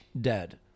dead